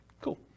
Cool